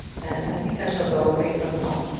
and i think i shall go away from home.